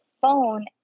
phone